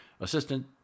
assistant